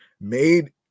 made